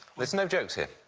there's no jokes here.